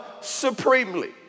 supremely